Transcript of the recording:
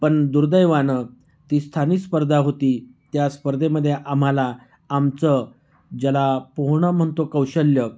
पण दुर्दैवानं ती स्थानिक स्पर्धा होती त्या स्पर्धेमध्ये आम्हाला आमचं ज्याला पोहणं म्हणतो कौशल्य